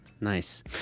Nice